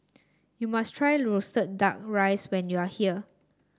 you must try roasted duck rice when you are here